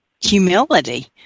humility